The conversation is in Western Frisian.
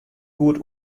goed